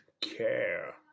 care